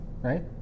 right